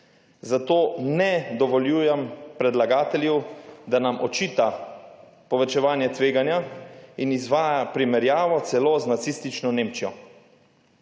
Zato ne dovoljujem predlagatelju, da nam očita povečevanje tveganja in izvaja primerjavo celo z nacistično Nemčijo.